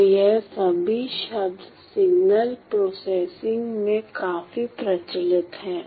तो ये सभी शब्द सिग्नल प्रोसेसिंग में काफी प्रचलित हैं